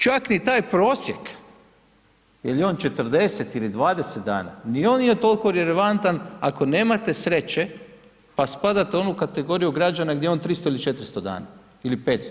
Čak ni tak prosjek, je li on 40 ili 20 dana, ni on nije toliko relevantan ako nemate sreće pa spadate u onu kategoriju građana gdje je on 300 ili 400 dana ili 500.